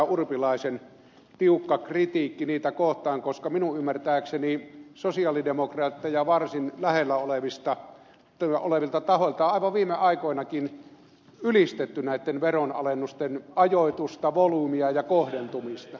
urpilaisen tiukka kritiikki niitä kohtaan koska minun ymmärtääkseni sosialidemokraatteja varsin lähellä olevilta tahoilta on aivan viime aikoinakin ylistetty näitten veronalennusten ajoitusta volyymia ja kohdentumista